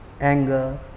anger